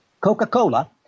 Coca-Cola